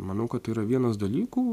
manau kad tai yra vienas dalykų